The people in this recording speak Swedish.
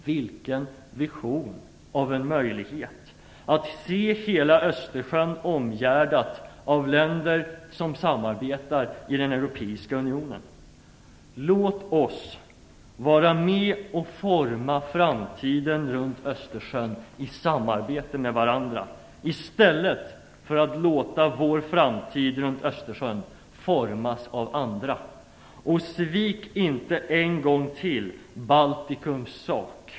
Vilken vision av en möjlighet det är att se hela Östersjön omgärdad av länder som samarbetar i den europeiska unionen. Låt oss vara med för att i samarbete med varandra forma framtiden runt Östersjön, i stället för att låta vår framtid runt Östersjön formas av andra! Svik inte en gång till Baltikums sak!